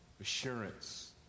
assurance